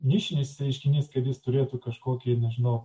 nišinis reiškinys kad jis turėtų kažkokį nežinau